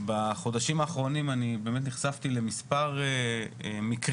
בחודשים האחרונים אני באמת נחשפתי למספר מקרים